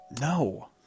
No